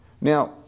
Now